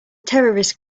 terrorist